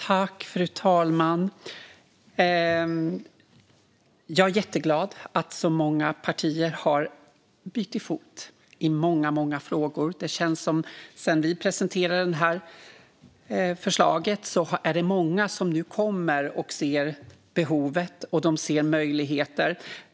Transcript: Fru talman! Jag är jätteglad att så många partier har bytt fot i många frågor. Det känns som att det, sedan vi presenterade det här förslaget, är många som nu ser behovet och möjligheterna.